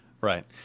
Right